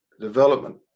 development